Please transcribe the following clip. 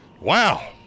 Wow